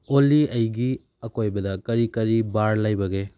ꯑꯣꯂꯤ ꯑꯩꯒꯤ ꯑꯀꯣꯏꯗ ꯀꯔꯤ ꯀꯔꯤ ꯕꯥꯔ ꯂꯩꯕꯒꯦ